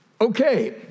Okay